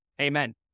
Amen